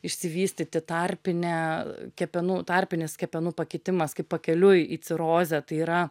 išsivystyti tarpinė kepenų tarpinis kepenų pakitimas kaip pakeliui į cirozę tai yra